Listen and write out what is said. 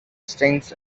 strings